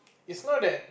is not that